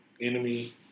Enemy